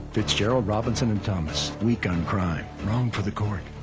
fitzgerald, robinson and thomas, weak on crime, wrong for the court,